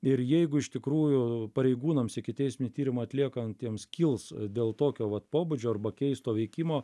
ir jeigu iš tikrųjų pareigūnams ikiteisminį tyrimą atliekantiems kils dėl tokio vat pobūdžio arba keisto veikimo